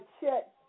check